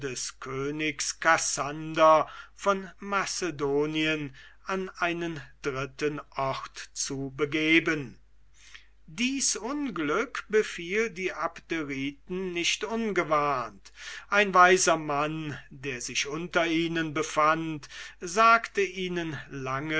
des königs kassander an einen dritten ort zu begeben dies unglück befiel die abderiten nicht ungewarnt ein weiser mann der sich unter ihnen befand sagte ihnen